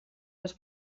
les